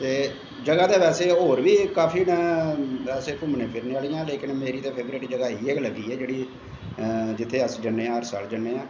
जगह् ते होर बी काफी न बैसे घूमनें फिरने गी लेकिन मेरे फेवरट इ'यै लग्गी ऐ जेह्ड़ी जित्थें अस जन्नें आं हर साल जन्ने आं